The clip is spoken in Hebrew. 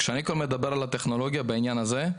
כשאני מדבר על הטכנולוגיה בעניין הזה,